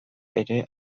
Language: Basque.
ere